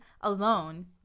alone